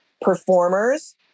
performers